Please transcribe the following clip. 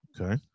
okay